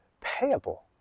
payable